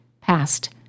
passed